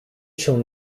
się